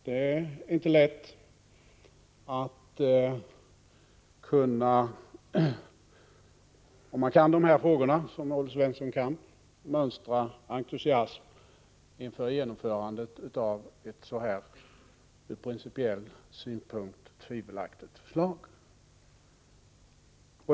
Det är inte lätt för den som kan dessa frågor — och det kan Olle Svensson — att mönstra någon entusiasm för genomförandet av ett sådant här ur principiell synpunkt tvivelaktigt förslag.